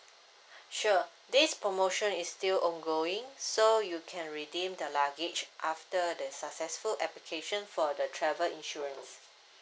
sure this promotion is still ongoing so you can redeem the luggage after the successful application for the travel insurance